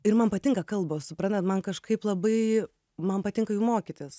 ir man patinka kalbos suprantat man kažkaip labai man patinka jų mokytis